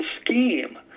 scheme